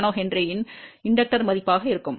8 nH இன் தூண்டல் மதிப்பாக இருக்கும்